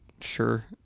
sure